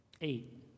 eight